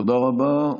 תודה רבה.